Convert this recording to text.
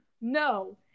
No